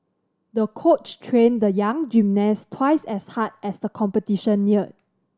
the coach trained the young gymnast twice as hard as the competition neared